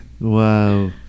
Wow